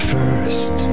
First